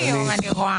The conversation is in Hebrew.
לא.